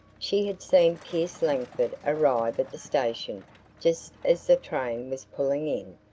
she had seen pierce langford arrive at the station just as the train was pulling in,